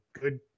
good